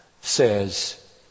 Says